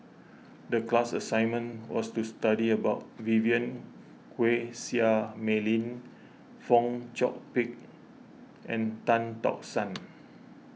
tclass assignment was to study about Vivien Quahe Seah Mei Lin Fong Chong Pik and Tan Tock San